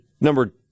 number